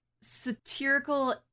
satirical